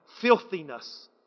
filthiness